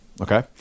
Okay